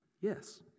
Yes